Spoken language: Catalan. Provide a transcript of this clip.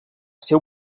seu